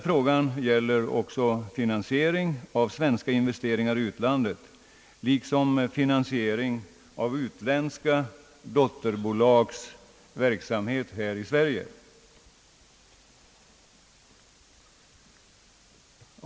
Frågan gäller också finansiering av svenska investeringar utomlands liksom finansiering av utländska dotterbolags verksamhet här i Sverige.